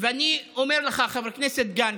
ואני אומר לך, חבר הכנסת גנץ: